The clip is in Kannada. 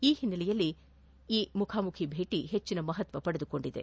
ಈ ಹಿನ್ನೆಲೆಯಲ್ಲಿ ಮುಖಾಮುಖಿ ಭೇಟಿ ಹೆಚ್ಚಿನ ಮಹತ್ವ ಪಡೆದಿದೆ